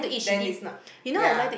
then is not ya